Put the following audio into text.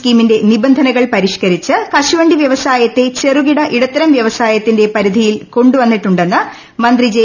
സ്കീമിന്റെ നിബന്ധനകൾ പരിഷ്ക്കരിച്ച് ക്രൂവ്ണ്ടി വൃവസായത്തെ ചെറുകിട ഇടത്തരം വൃഷ്ടസായത്തിന്റെ പരിധിയിൽ കൊണ്ടുവന്നിട്ടുണ്ടെന്ന് മന്ത്രി ്രജ്